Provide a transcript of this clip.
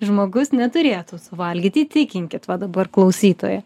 žmogus neturėtų suvalgyt įtikinkit va dabar klausytoją